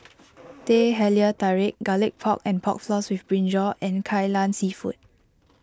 Teh Halia Tarik Garlic Pork and Pork Floss with Brinjal and Kai Lan Seafood